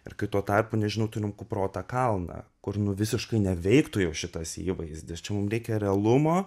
ir kai tuo tarpu nežinau turim kuprotą kalną kur nu visiškai neveiktų jau šitas įvaizdis čia reikia realumo